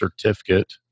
certificate